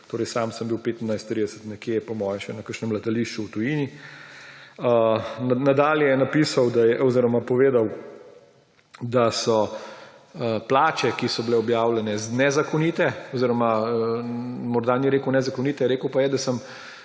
Sam sem bil ob 15.30 nekje, po mojem, še na kakšnem letališču v tujini. Nadalje je napisal oziroma povedal, da so plače, ki so bile objavljene, nezakonite oziroma morda ni rekel nezakonite, rekel pa je, da sem